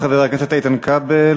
תודה, חבר הכנסת איתן כבל.